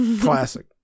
classic